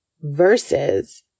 versus